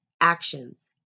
actions